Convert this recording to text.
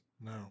No